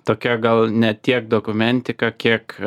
tokia gal ne tiek dokumentika kiek